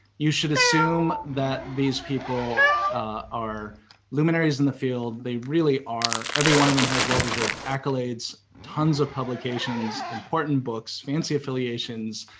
you should assume that these people are luminaries in the field, they really are. every one of them has well-deserved accolades, tons of publications, important books, fancy affiliations.